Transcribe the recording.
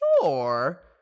sure